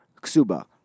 ksuba